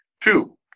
Two